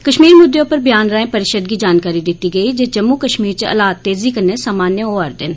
कश्मीर मुद्दे उप्पर ब्यान राहें परिषद गी जानकारी दित्ती गेई जे जम्मू कश्मीर च हालात तेज़ी कन्नै सामान्य होआ दे न